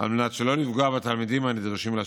על מנת שלא לפגוע בתלמידים הנדרשים לשירות.